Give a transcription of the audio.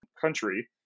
country